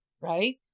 Right